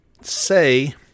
say